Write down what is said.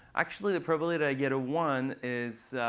actually, the probability that i get a one is